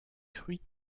fruits